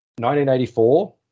1984